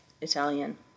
italian